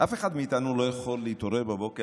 אף אחד מאיתנו לא יכול להתעורר בבוקר,